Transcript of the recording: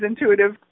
intuitive